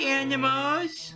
animals